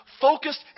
focused